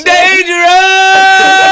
Dangerous